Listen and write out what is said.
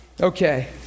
okay